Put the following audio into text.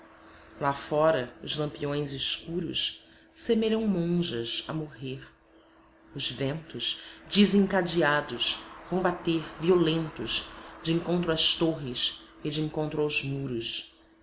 lá fora os lampiões escuros semelham monjas a morrer os ventos desencadeados vão bater violentos de encontro às torres e de encontro aos muros